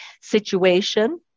situation